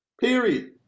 Period